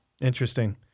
Interesting